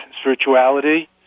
spirituality